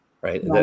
right